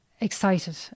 excited